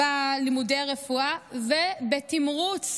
בלימודי רפואה ובתמרוץ